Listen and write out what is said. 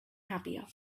happier